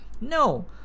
No